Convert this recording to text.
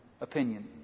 opinion